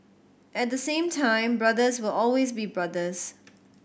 at the same time brothers will always be brothers